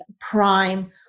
prime